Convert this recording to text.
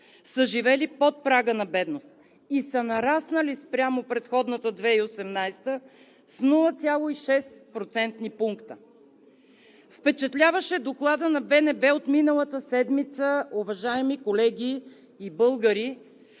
са живели под прага на бедност и са нараснали спрямо предходната 2018 г. с 0,6 процентни пункта. Впечатляващ е Докладът на БНБ от миналата седмица, уважаеми колеги и българи,